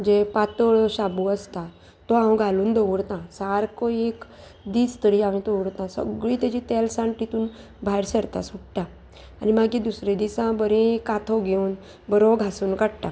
जे पातळ शाबू आसता तो हांव घालून दवरता सारको एक दीस तरी हांवें दवरता सगळीं तेजी तेल साण तितून भायर सरता सुट्टा आनी मागीर दुसरे दिसा बरी कांथो घेवन बरो घासून काडटा